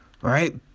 Right